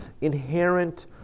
inherent